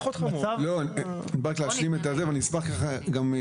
אני אשלים את התשובה ואני אשמח שתתייחסו.